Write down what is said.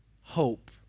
hope